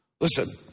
Listen